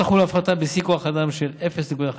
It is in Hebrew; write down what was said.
תחול הפחתה בשיא כוח האדם של כ-0.5%,